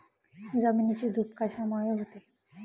जमिनीची धूप कशामुळे होते?